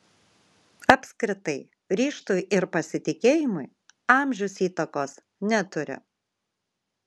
apskritai ryžtui ir pasitikėjimui amžius įtakos neturi